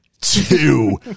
two